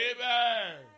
Amen